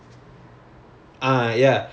oh like improve those improve ah